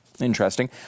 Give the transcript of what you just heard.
Interesting